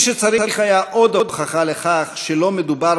מי שצריך היה עוד הוכחה לכך שלא מדובר